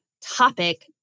topic